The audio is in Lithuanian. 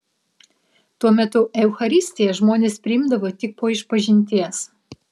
tuo metu eucharistiją žmonės priimdavo tik po išpažinties